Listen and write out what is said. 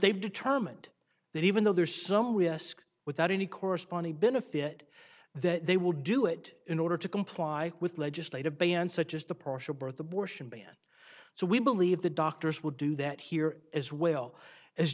they've determined that even though there is some risk without any corresponding benefit that they will do it in order to comply with legislative ban such as the partial birth abortion ban so we believe the doctors would do that here as well as